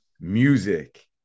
music